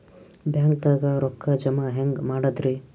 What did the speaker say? ಬ್ಯಾಂಕ್ದಾಗ ರೊಕ್ಕ ಜಮ ಹೆಂಗ್ ಮಾಡದ್ರಿ?